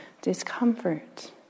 discomfort